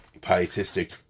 pietistic